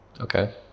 Okay